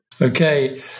Okay